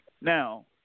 Now